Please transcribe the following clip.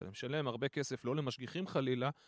אתה משלם הרבה כסף לא למשגיחים חלילה